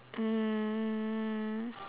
um